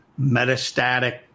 metastatic